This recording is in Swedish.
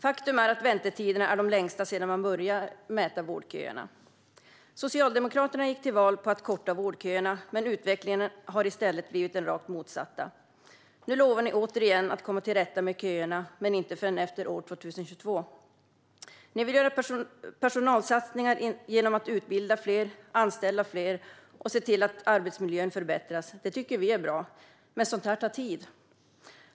Faktum är att väntetiderna är de längsta sedan man började mäta vårdköerna. Socialdemokraterna gick till val på att korta vårdköerna, men utvecklingen har i stället blivit den rakt motsatta. Nu lovar man återigen att komma till rätta med köerna, men inte förrän efter år 2022. Man vill göra personalsatsningar genom att utbilda fler, anställa fler och se till att arbetsmiljön förbättras. Det tycker vi är bra, men sådant tar tid.